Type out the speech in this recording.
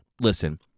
listen